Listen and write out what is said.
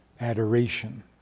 adoration